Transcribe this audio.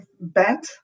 bent